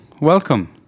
Welcome